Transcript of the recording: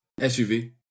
SUV